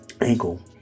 ankle